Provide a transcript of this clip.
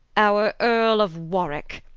our earle of warwicke,